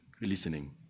listening